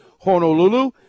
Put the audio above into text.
Honolulu